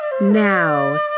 Now